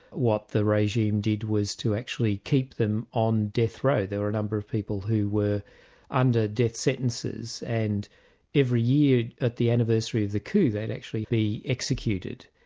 what the regime did was to actually keep them on death row. there were a number of people who were under death sentences, and every year at the anniversary of the coup, they'd actually be executed.